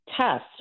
tests